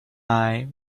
eye